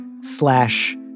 slash